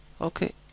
Okay